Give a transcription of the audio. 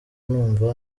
numva